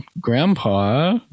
grandpa